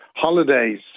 holidays